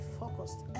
focused